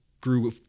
grew